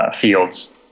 fields